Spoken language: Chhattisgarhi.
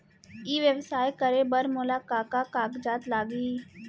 ई व्यवसाय करे बर मोला का का कागजात लागही?